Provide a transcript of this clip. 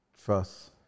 Trust